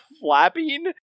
flapping